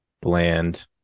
bland